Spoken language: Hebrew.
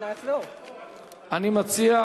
רבותי,